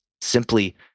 simply